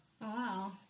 wow